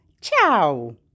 Ciao